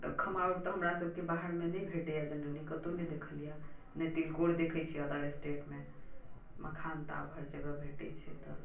तऽ खमहाउर तऽ हमरासबके बाहरमे नहि भेटैया जेनरली कतहुँ नहि देखलियै नहि तिलकोर देखैत छियै अदर स्टेटमे मखान तऽ आब हर जगह भेटैत छै तऽ